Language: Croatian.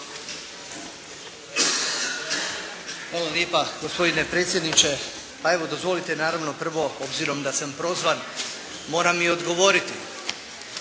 vam lijepa gospodine predsjedniče. Pa evo dozvolite naravno, prvo obzirom da sam prozvan, moram i odgovoriti.